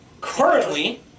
Currently